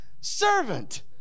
servant